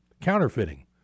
Counterfeiting